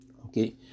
Okay